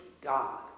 God